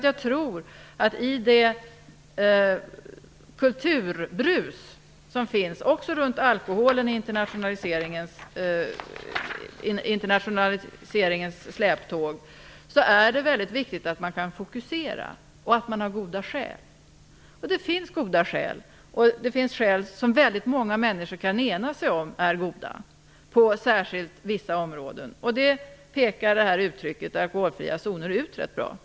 Jag tror att det i det kulturbrus som också finns runt alkoholen i internationaliseringens släptåg är viktigt att man kan fokusera och har goda skäl. Det finns goda skäl som väldigt många människor kan ena sig om, särskilt på vissa områden. Det pekar uttrycket "alkoholfria zoner" ut rätt bra.